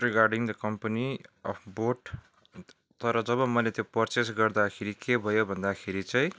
regarding the company of boat तर जब मैले त्यो पर्चेज गर्दाखेरि के भयो भन्दाखेरि चाहिँ